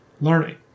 Learning